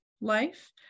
life